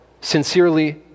Sincerely